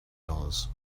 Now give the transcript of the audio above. dollars